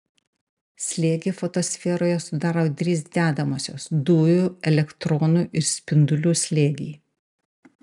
slėgį fotosferoje sudaro trys dedamosios dujų elektronų ir spindulių slėgiai